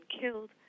killed